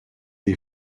est